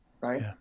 right